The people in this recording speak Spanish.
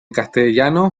castellano